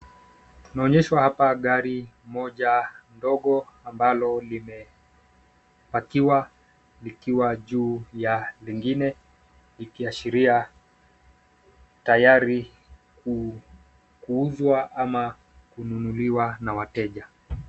Inaonyeshwa hapa gari moja ndogo ambalo limepakiwa likiwa juu ya lingine likiashiria tayari kuuzwa ama kununuliwa na wateja.